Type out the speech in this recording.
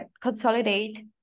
consolidate